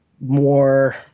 more